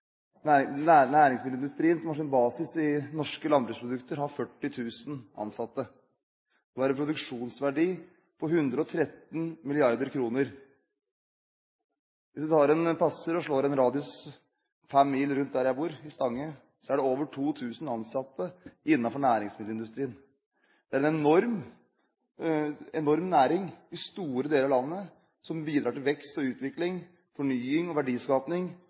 næring, nemlig næringsmiddelindustrien. Næringsmiddelindustrien som har sin basis i norske landbruksprodukter, har 40 000 ansatte – bare produksjonsverdien er på 113 mrd. kr. Hvis man tar en passer og slår en radius fem mil rundt der jeg bor, i Stange, er det over 2 000 ansatte innenfor næringsmiddelindustrien. Det er en enorm næring i store deler av landet, som bidrar til vekst og utvikling, fornying og verdiskaping,